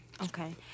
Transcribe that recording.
Okay